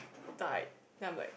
died then I'm like